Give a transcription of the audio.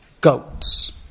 goats